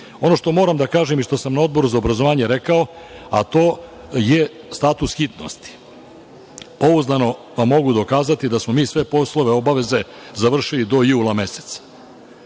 što moram da kažem i što sam na Odboru za obrazovanje rekao, a to je status hitnosti. Pouzdano vam mogu dokazati da smo mi sve poslove, obaveze završili do jula meseca.